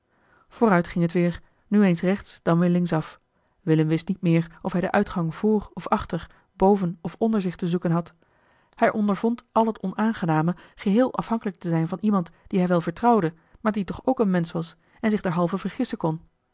vooruit ging het weer nu eens rechts dan weer linksaf willem wist niet meer of hij den uitgang vr of achter boven of onder zich te zoeken had hij ondervond al het onaangename geheel afhankelijk te zijn van iemand dien hij wel vertrouwde maar die toch ook een mensch was en zich derhalve vergissen kon